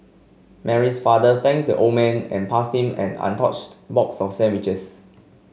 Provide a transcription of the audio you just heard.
Mary's father thanked the old man and passed him an untouched box of sandwiches